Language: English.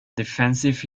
defensive